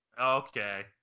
Okay